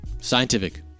Scientific